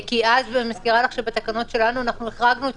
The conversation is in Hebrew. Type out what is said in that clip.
אני מזכירה לך שבתקנות שלנו החרגנו את